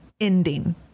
ending